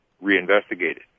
re-investigated